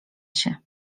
się